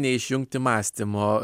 neišjungti mąstymo